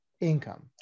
income